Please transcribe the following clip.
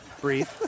Breathe